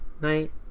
night